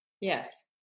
yes